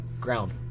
ground